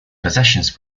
possessions